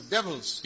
Devils